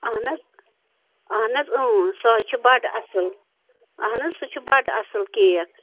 اہن حَظ اہن حَظ اۭں سُہ حَظ چھُ بڑٕ اصٕل اہن حَظ سُہ چھُ بڑٕ اصٕل کیک